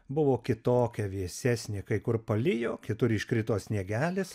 buvo kitokia vėsesnė kai kur palijo kitur iškrito sniegelis